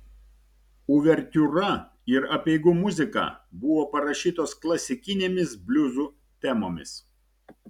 uvertiūra ir apeigų muzika buvo parašytos klasikinėmis bliuzų temomis